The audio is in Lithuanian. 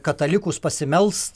katalikus pasimelst